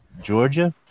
Georgia